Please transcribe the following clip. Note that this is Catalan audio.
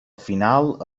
final